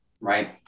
right